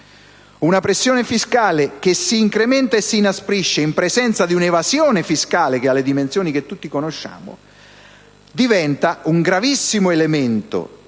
Una pressione fiscale che si incrementa e si inasprisce in presenza di un'evasione fiscale che ha le dimensioni che tutti conosciamo diventa un gravissimo elemento